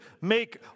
make